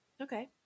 Okay